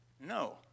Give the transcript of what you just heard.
No